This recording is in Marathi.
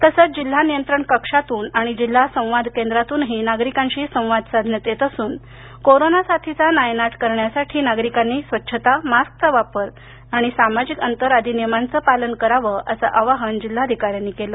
तसंच जिल्हा नियंत्रण कक्षातून आणि जिल्हा संवाद केंद्रातूनही नागरिकांशी संवाद साधण्यात येत असून कोरोना साथीचा नायनाट करण्यासाठी नागरिकांनी स्वच्छता मास्कचा वापर सामाजिक अंतर आदी नियमांचे पालन करावं असं आवाहन त्यांनी केलं